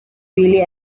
really